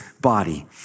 body